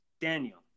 Daniel